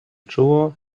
czuło